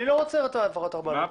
אני לא רוצה את העברת הבעלות.